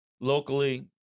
locally